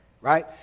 Right